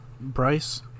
Bryce